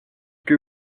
que